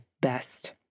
best